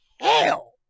Hell